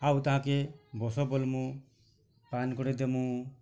ଆଉ ତାହାକେ ବସ ବୋଲ୍ମୁଁ ପାନ୍ କରି ଦେମୁଁ